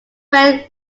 when